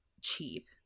cheap